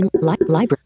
Library